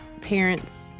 parents